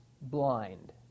blind